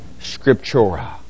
Scriptura